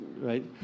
right